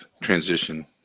transition